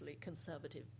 conservative